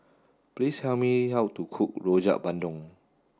please tell me how to cook Rojak Bandung